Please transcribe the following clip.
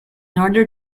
order